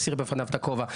מסיר בפניו את הכובע,